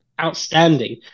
outstanding